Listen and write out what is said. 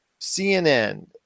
CNN